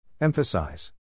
Emphasize